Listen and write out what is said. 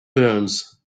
burns